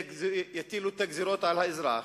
יטילו את הגזירות על האזרח,